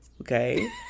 Okay